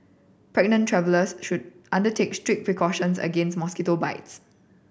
pregnant travellers should undertake strict precautions against mosquito bites